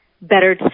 better